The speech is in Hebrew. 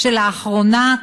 לפני כחצי שנה,